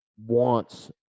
Wants